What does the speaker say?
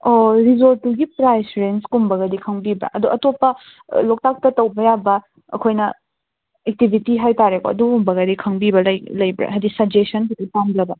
ꯑꯣ ꯔꯤꯖꯣꯔꯠꯇꯨꯒꯤ ꯄ꯭ꯔꯥꯏꯁ ꯔꯦꯟꯠꯀꯨꯝꯕꯒꯗꯤ ꯈꯪꯕꯤꯕ꯭ꯔꯥ ꯑꯗꯣ ꯑꯇꯣꯞꯄ ꯂꯣꯛꯇꯥꯛꯇ ꯇꯧꯕ ꯌꯥꯕ ꯑꯩꯈꯣꯏꯅ ꯑꯦꯛꯇꯤꯕꯤꯇꯤ ꯍꯥꯏ ꯇꯥꯔꯦꯀꯣ ꯑꯗꯨꯒꯨꯝꯕꯒꯗꯤ ꯈꯪꯕꯤꯕ ꯂꯩ ꯂꯩꯕ꯭ꯔꯥ ꯍꯥꯏꯗꯤ ꯁꯖꯦꯁꯟ ꯈꯤꯇ ꯄꯥꯝꯖꯕ